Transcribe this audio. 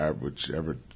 whichever